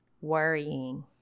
worrying